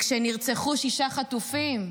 וכשנרצחו שישה חטופים,